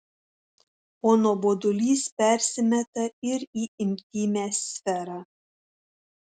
o nuobodulys persimeta ir į intymią sferą